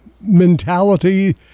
mentality